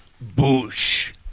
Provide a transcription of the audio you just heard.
Bush